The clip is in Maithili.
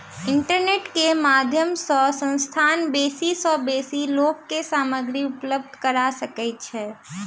इंटरनेट के माध्यम सॅ संस्थान बेसी सॅ बेसी लोक के सामग्री उपलब्ध करा सकै छै